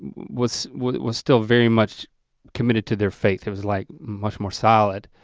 was was it was still very much committed to their faith, it was like much more solid,